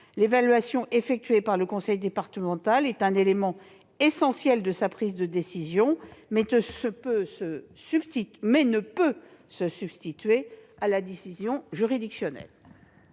L'évaluation effectuée par le conseil départemental est un élément essentiel de sa prise de décision, mais ne peut se substituer à la décision juridictionnelle.